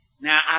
Now